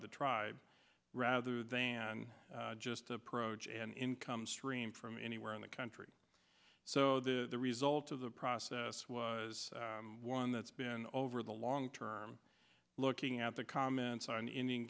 the tribe rather than just approach an income stream from anywhere in the country so the result of the process was one that's been over the long term looking at the comments on indian